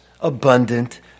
abundant